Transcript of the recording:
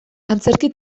antzerki